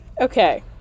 Okay